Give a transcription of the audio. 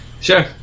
Sure